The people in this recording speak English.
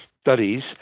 studies